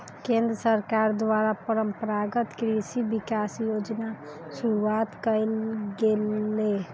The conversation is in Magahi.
केंद्र सरकार द्वारा परंपरागत कृषि विकास योजना शुरूआत कइल गेलय